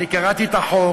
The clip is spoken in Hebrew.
אני קראתי את החוק.